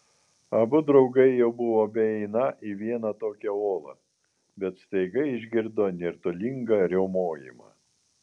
abu draugai jau buvo beeiną į vieną tokią olą bet staiga išgirdo nirtulingą riaumojimą